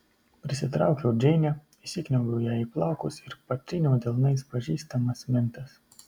prisitraukiau džeinę įsikniaubiau jai į plaukus ir patryniau delnais pažįstamas mentes